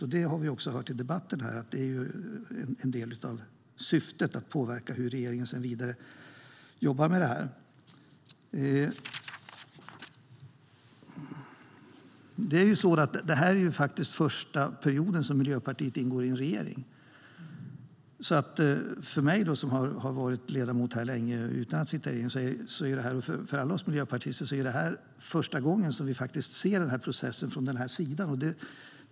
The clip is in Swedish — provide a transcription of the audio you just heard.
En del av syftet är ju att påverka hur regeringen ska jobba vidare med detta, har vi hört här i debatten. Det här är första perioden som Miljöpartiet ingår i en regering. För mig som har varit ledamot länge är det här första gången som vi miljöpartister kan se processen från den här sidan.